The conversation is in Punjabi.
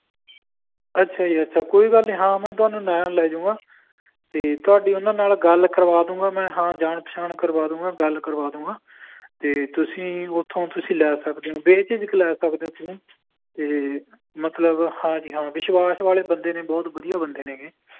ਅੱਛਾ ਜੀ ਅੱਛਾ ਕੋਈ ਗੱਲ ਨਹੀਂ ਹਾਂ ਮੈਂ ਤੁਹਾਨੂੰ ਨਾਲ ਲੈ ਜੂੰਗਾ ਅਤੇ ਤੁਹਾਡੀ ਉਹਨਾਂ ਨਾਲ ਗੱਲ ਕਰਵਾ ਦੂੰਗਾ ਮੈਂ ਹਾਂ ਜਾਣ ਪਛਾਣ ਕਰਵਾ ਦੂੰਗਾ ਗੱਲ ਕਰਵਾ ਦੂੰਗਾ ਅਤੇ ਤੁਸੀਂ ਉੱਥੋਂ ਤੁਸੀਂ ਲੈ ਸਕਦੇ ਹੋ ਬੇਝਿਜਕ ਲੈ ਸਕਦੇ ਹੋ ਤੁਸੀਂ ਅਤੇ ਮਤਲਬ ਹਾਂ ਜੀ ਹਾਂ ਵਿਸ਼ਵਾਸ ਵਾਲੇ ਬੰਦੇ ਨੇ ਬਹੁਤ ਵਧੀਆ ਬੰਦੇ ਨੇ ਗੇ